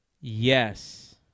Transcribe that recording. Yes